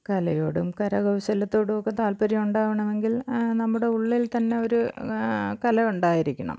കലയോടും കരകൗശലത്തോടുവൊക്കെ താൽപ്പര്യമുണ്ടാകണമെങ്കിൽ നമ്മുടെ ഉള്ളിൽ തന്നെ ഒരു കല ഉണ്ടായിരിക്കണം